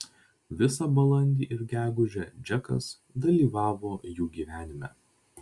visą balandį ir gegužę džekas dalyvavo jų gyvenime